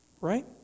right